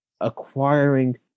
acquiring